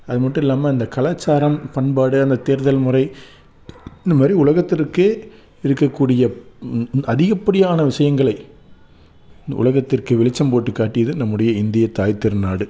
அது மட்டும் இல்லாமல் இந்த கலாச்சாரம் பண்பாடு அந்த தேர்தல் முறை இந்த மாதிரி உலகத்திற்கே இருக்கக்கூடிய அதிகப்படியான விஷயங்களை உலகத்திற்கு வெளிச்சம் போட்டு காட்டியது நம்முடைய இந்திய தாய் திருநாடு